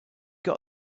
got